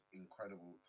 incredible